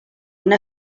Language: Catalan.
una